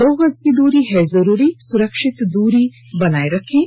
दो गज की दूरी है जरूरी सुरक्षित दूरी बनाए रखें